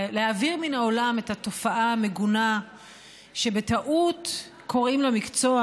להעביר מן העולם את התופעה המגונה שבטעות קוראים לה מקצוע,